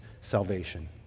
salvation